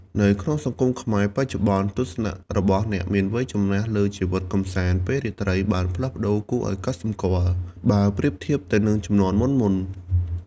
នៅក្នុងសង្គមខ្មែរបច្ចុប្បន្ន ទស្សនៈរបស់អ្នកមានវ័យចំណាស់លើជីវិតកម្សាន្តពេលរាត្រីបានផ្លាស់ប្ដូរគួរឱ្យកត់សម្គាល់ បើប្រៀបធៀបទៅនឹងជំនាន់មុនៗ។